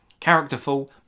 characterful